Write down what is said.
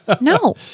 No